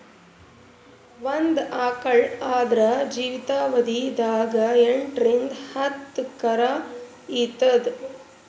ಒಂದ್ ಆಕಳ್ ಆದ್ರ ಜೀವಿತಾವಧಿ ದಾಗ್ ಎಂಟರಿಂದ್ ಹತ್ತ್ ಕರಾ ಈತದ್